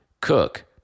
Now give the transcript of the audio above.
cook